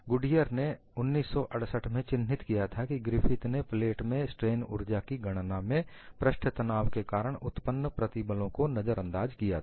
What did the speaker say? Goodier ने 1968 में चिन्हित किया था कि ग्रिफिथ ने प्लेट में स्ट्रेन ऊर्जा की गणना में पृष्ठ तनाव के कारण उत्पन्न प्रतिबलों को नजरअंदाज किया था